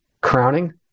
crowning